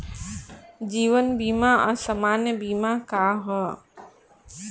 जीवन बीमा आ सामान्य बीमा का ह?